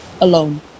alone